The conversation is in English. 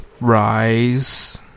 rise